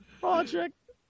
Project